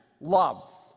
love